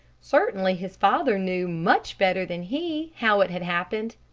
certainly his father knew much better than he how it had happened.